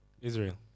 Israel